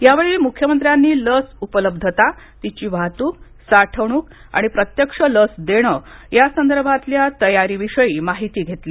यावेळी मुख्यमंत्र्यांनी लस उपलब्धता तिची वाहतूक साठवणूक आणि प्रत्यक्ष लस देणं यासंदर्भातल्या तयारीविषयी माहिती घेतली